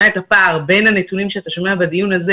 את הפער בין הנתונים שאתה שומע בדיון הזה